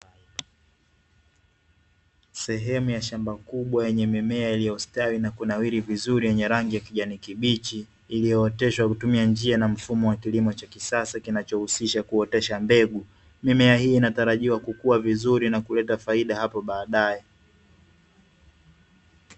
Sehemu ya shamba kubwa yenye mimea iliyostawi vizuri yenye rangi ya kijani kibichi, iliyooteshwa kwa kutumia njia na mfumo wa kilimo cha kisasa kinachohusisha kuotesha mbegu, mimea hiyo inatarajiwa kukua vizuri na kuleta faida hapo baadae.